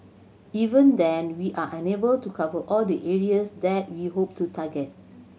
even then we are unable to cover all the areas that we hope to target